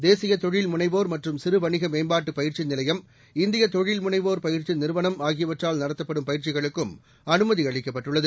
தேசிய தொழில் முளைவோர் மற்றும் சிறுவணிக மேம்பாட்டு பயிற்சி நிலையம் இந்திய தொழில் முனைவோர் பயிற்சி நிறுவனம் ஆகியவற்றால் நடத்தப்படும் பயிற்சிகளுக்கும் அனுமதி அளிக்கப்பட்டுள்ளது